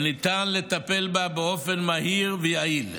וניתן לטפל בה באופן מהיר ויעיל.